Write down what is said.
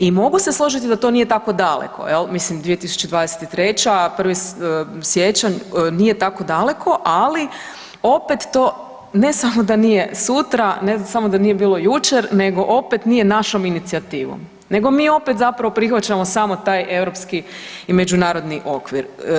I mogu se složiti da nije tako daleko, mislim 2023. 1. siječanj nije tako daleko, ali opet to ne samo da nije sutra, ne samo da nije bilo jučer nego opet nije našom inicijativom nego mi opet zapravo prihvaćamo samo taj europski i međunarodni okvir.